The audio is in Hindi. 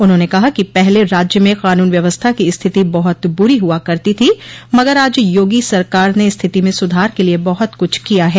उन्होंने कहा कि पहले राज्य में कानून व्यवस्था की स्थिति बहुत बुरी हुआ करती थी मगर आज योगी सरकार ने स्थिति में सुधार के लिये बहुत कुछ किया है